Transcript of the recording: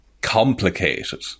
complicated